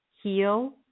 heal